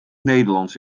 nederlands